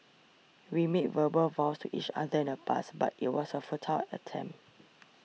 we made verbal vows to each other in the past but it was a futile attempt